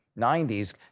90s